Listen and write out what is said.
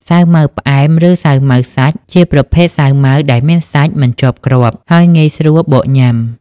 សាវម៉ាវផ្អែម ឬសាវម៉ាវសាច់ ជាប្រភេទសាវម៉ាវដែលមានសាច់មិនជាប់គ្រាប់ ហើយងាយស្រួលបកញ៉ាំ។